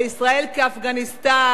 על ישראל כאפגניסטן,